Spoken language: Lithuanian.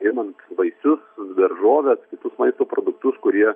imant vaisius daržoves kitus maisto produktus kurie